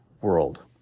world